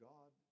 God